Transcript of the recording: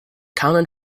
common